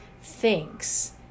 thinks